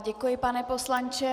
Děkuji, pane poslanče.